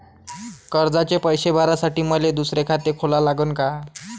कर्जाचे पैसे भरासाठी मले दुसरे खाते खोला लागन का?